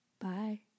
Bye